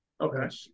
Okay